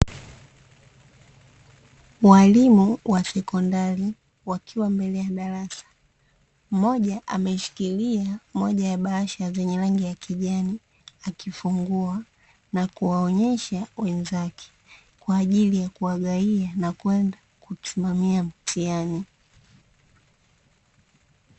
Walimu wa sekondari wakiwa mbele ya darasa, mmoja ameshikilia moja ya bahasha zenye rangi ya kijani akifungua na kuwaonyesha wenzake kwa ajili ya kuwagaia na kwenda kusimamia mtihani.